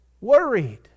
Worried